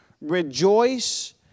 rejoice